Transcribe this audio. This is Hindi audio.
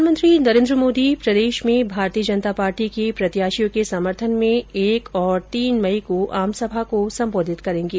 प्रधानमंत्री नरेन्द्र मोदी प्रदेश में भारतीय जनता पार्टी के प्रत्याशियों के समर्थन में एक और तीन मई को आमसभा को सम्बोधित करेंगे